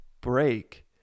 break